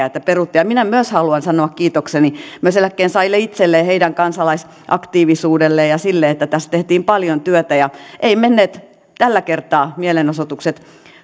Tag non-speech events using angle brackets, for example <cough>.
<unintelligible> että nämä peruttiin minä myös haluan sanoa kiitokseni myös eläkkeensaajille itselleen ja heidän kansalaisaktiivisuudelleen ja sille että tässä tehtiin paljon työtä eivät menneet tällä kertaa mielenosoitukset